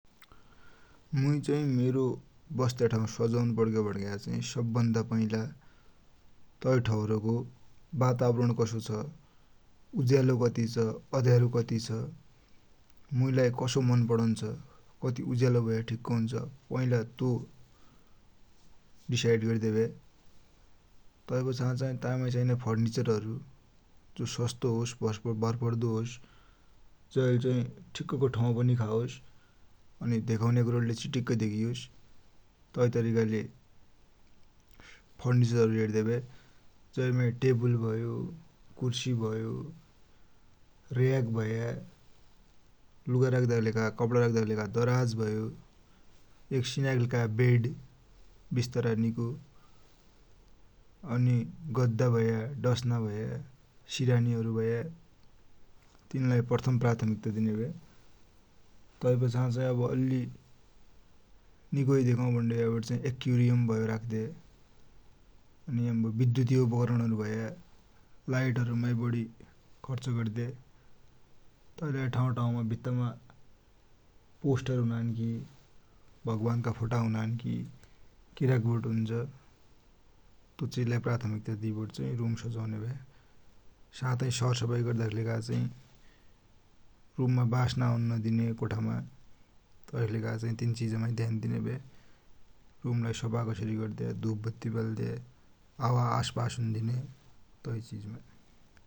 मुइ चाही मेरो बस्या ठौर सजुन्पडिग्या चाहि सबभन्दा पहिला तै ठौरको वाताबरण कसो छ, उज्यालो कति छ अँधेरो कति छ, मुइलाइ कसो मन पडन्छ, कति उज्यालो भया ठिक्क हुन्छ, पहिला तो डिसाइड गर्द्या भ्या, तै पाछा चाही तैमा चाहिन्या फर्निचर, जो सस्तो होस् भरपर्दो होस्, जैले चाही ठिक्क को ठाउँ खाओस, अनि धेकुन्या कुरडिलै चिटिक्क धेकियोस, तै तरिकाले फर्निचर हेर्द्या भ्या। जैमा टेबुल भयो, कुर्शी भयो, र्याक भया, लुगा राख्दाकी कपडा राख्दाकी दराज भयो, एक सिनाकी लेखा बेड, बिस्तारा निको, अनि गद्दा भया, डसना भया, सिरानिहरु भया, तिनलाई प्रथम प्राथमिकता दिन्या भया। तै पाछा चाहिँ अल्लि निकोइ धेकु भुण्याभ्यापाछा चाही एक्युरियम भयो राख्द्या, अनि यामुण बिद्धुतीय उपकरण भया, लाइटहरुमा बढी खर्च गर्द्या, तैलाइ ठाउ ठाउमा भित्तामा पोस्टर हुनानकी,